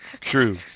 True